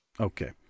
Okay